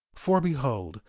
for behold,